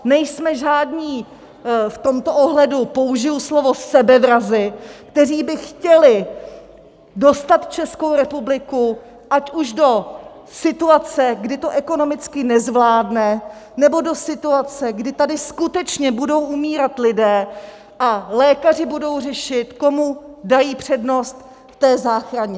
Nejsme žádní v tomto ohledu použiji slovo sebevrazi, kteří by chtěli dostat Českou republiku ať už do situace, kdy to ekonomicky nezvládne, nebo do situace, kdy tady skutečně budou umírat lidé a lékaři budou řešit, komu dají přednost v záchraně.